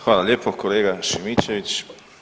Hvala lijepa kolega Šimičević.